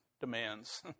demands